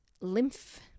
lymph